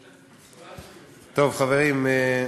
טוב, חברים.